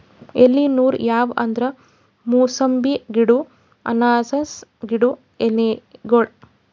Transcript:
ಎಲಿ ನೂಲ್ ಯಾವ್ ಅಂದ್ರ ಮೂಸಂಬಿ ಗಿಡ್ಡು ಅನಾನಸ್ ಗಿಡ್ಡು ಎಲಿಗೋಳು